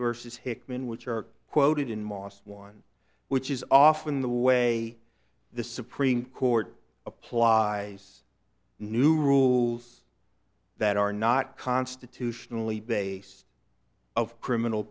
versus hickman which are quoted in moss one which is often the way the supreme court applies new rules that are not constitutionally based of criminal